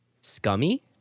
Scummy